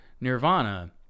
Nirvana